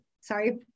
sorry